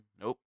Nope